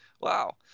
Wow